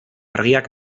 argiak